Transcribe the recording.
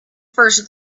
first